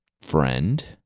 friend